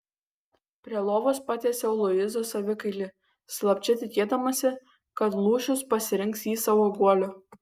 prie lovos patiesiau luizos avikailį slapčia tikėdamasi kad lūšius pasirinks jį savo guoliu